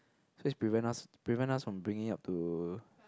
so is prevent us prevent us from bringing up to